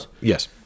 yes